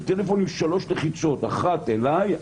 זה טלפון עם 3 לחיצות: אחת אליי,